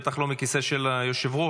בטח לא מכיסא של היושב-ראש,